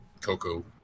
Coco